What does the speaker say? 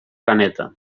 planeta